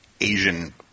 Asian